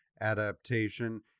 adaptation